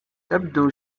تبدو